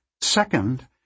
Second